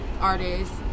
artists